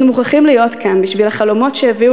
אנחנו מוכרחים להיות כאן בשביל החלומות שהביאו